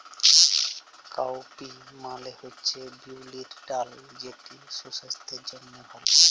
cowpea মালে হছে বিউলির ডাল যেট সুসাস্থের জ্যনহে ভাল